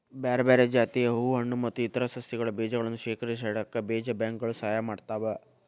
ಬ್ಯಾರ್ಬ್ಯಾರೇ ಜಾತಿಯ ಹೂ ಹಣ್ಣು ಮತ್ತ್ ಇತರ ಸಸಿಗಳ ಬೇಜಗಳನ್ನ ಶೇಖರಿಸಿಇಡಾಕ ಬೇಜ ಬ್ಯಾಂಕ್ ಗಳು ಸಹಾಯ ಮಾಡ್ತಾವ